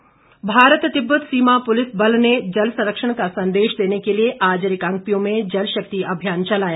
जल शक्ति भारत तिब्बत सीमा पुलिस बल ने जल संरक्षण का संदेश देने के लिए आज रिकांगपिओ में जल शक्ति अभियान चलाया